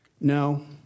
No